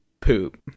poop